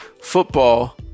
football